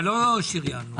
לא שריינו.